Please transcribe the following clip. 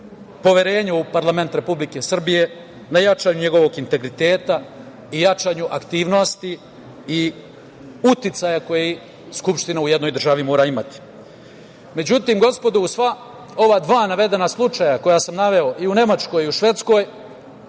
poverenja u parlament Republike Srbije, na jačanju njegovog integriteta i jačanju aktivnosti i uticaja koji skupština u jednoj državi mora imati.Međutim, gospodo, uz sva ova dva navedena slučaja koja sam naveo, i u Nemačkoj i u Švedskoj,